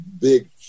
big